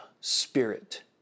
Spirit